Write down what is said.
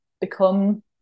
become